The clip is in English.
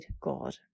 God